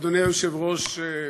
אדוני היושב-ראש,